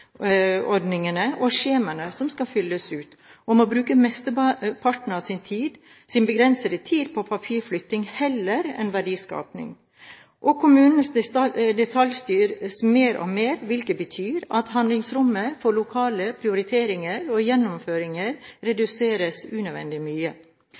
og skjemaene som skal fylles ut, og må bruke mesteparten av sin begrensede tid på papirflytting heller enn verdiskaping. Kommunene detaljstyres mer og mer, hvilket betyr at handlingsrommet for lokale prioriteringer og gjennomføringer reduseres unødvendig mye.